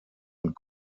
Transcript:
und